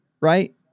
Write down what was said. right